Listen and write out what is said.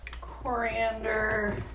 Coriander